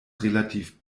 relativ